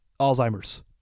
Alzheimer's